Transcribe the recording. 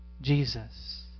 Jesus